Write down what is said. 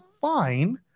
fine